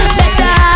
better